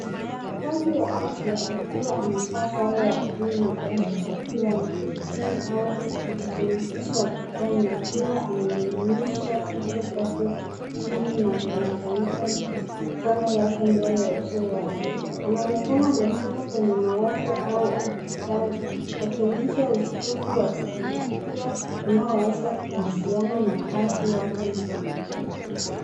Mfanyikazi wa afya akiwa amevaa sare ya bluu na glavu za bluu ameketi chini au amejipumzisha ukutani akiwa ame inamisha kichwa chake chini na kuunganisha mkono yake mbele ya uso wake. Anaonekana ame toka kwenye mawazo au akisali akionyesha ustufu wa kihisia unaoweza kuhusiana na kazi yake.